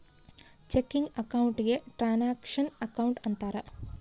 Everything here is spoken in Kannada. ಚೆಕಿಂಗ್ ಅಕೌಂಟ್ ಗೆ ಟ್ರಾನಾಕ್ಷನ್ ಅಕೌಂಟ್ ಅಂತಾರ